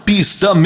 Pista